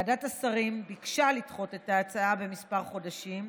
ועדת השרים ביקשה לדחות את ההצעה בכמה חודשים,